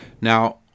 now